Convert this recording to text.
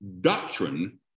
doctrine